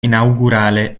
inaugurale